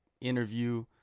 interview